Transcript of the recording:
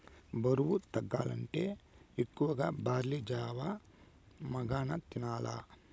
బరువు తగ్గాలంటే ఎక్కువగా బార్లీ జావ, మకాన తినాల్ల